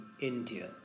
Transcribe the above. india